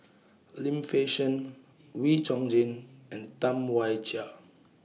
Lim Fei Shen Wee Chong Jin and Tam Wai Jia